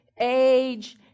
age